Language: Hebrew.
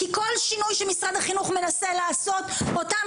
כי כל שינוי שמשרד החינוך מנסה לעשות אותם